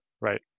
right